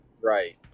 Right